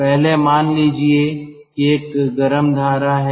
पहले मान लीजिए कि एक गर्म धारा है